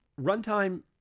Runtime